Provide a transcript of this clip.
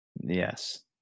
Yes